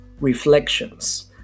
reflections